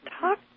Talk